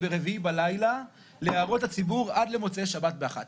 הייתי רוצה לראות הוראה שקובעת 135